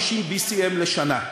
50 BCM לשנה,